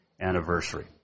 anniversary